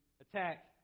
attack